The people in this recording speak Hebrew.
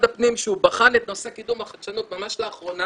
הפנים שהוא בחן את נושא קידום החדשנות ממש לאחרונה